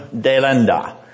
delenda